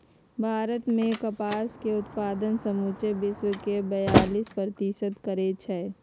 भारत मे कपास के उत्पादन समुचे विश्वके बेयालीस प्रतिशत करै छै